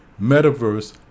Metaverse